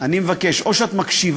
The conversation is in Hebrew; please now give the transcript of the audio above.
אני מבקש, או שאת מקשיבה